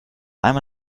mal